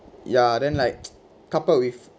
ya then like coupled with